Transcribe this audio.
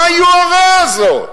מה היוהרה הזאת?